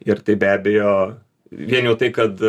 ir tai be abejo vien jau tai kad